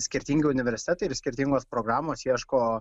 skirtingi universitetai ir skirtingos programos ieško